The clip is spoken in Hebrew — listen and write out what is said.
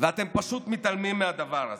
ואתם פשוט מתעלמים מהדבר הזה.